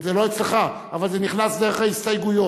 זה לא אצלך, אבל זה נכנס דרך ההסתייגויות.